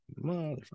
Motherfucker